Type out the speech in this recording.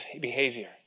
behavior